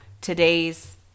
today's